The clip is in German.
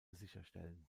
sicherstellen